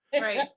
Right